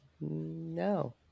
No